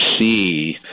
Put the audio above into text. see